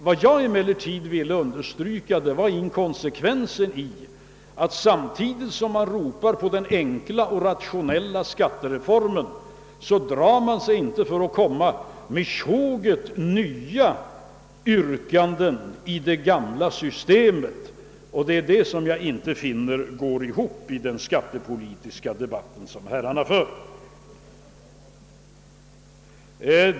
Vad jag emellertid ville understyrka var inkonsekvensen i att, samtidigt som man ropar på den enkla och rationella skattereformen, så drar man sig inte för att komma med tjoget yrkanden om ändringar i det gamla systemet. Det är det jag anser inte går ihop i den skattepolitiska debatt som herrarna för.